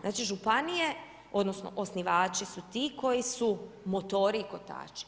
Znači, županije, odnosno osnivači su ti koji su motori i kotači.